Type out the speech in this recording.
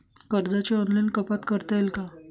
कर्जाची ऑनलाईन कपात करता येईल का?